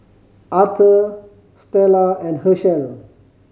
Authur Stella and Hershel